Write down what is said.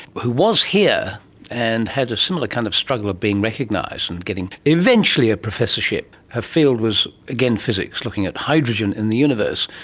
who was here and had a similar kind of struggle of being recognised and getting eventually a professorship. her field was, again, physics, looking at hydrogen in the universe.